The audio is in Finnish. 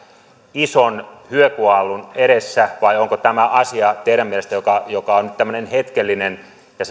ison hyökyaallon edessä vai onko tämä asia teidän mielestänne sellainen joka on nyt tämmöinen hetkellinen